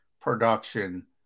production